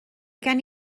gen